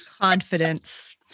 Confidence